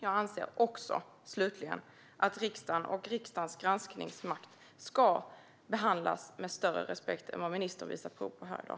Jag anser också, slutligen, att riksdagen och riksdagens granskningsmakt ska behandlas med större respekt än vad ministern visar prov på här i dag.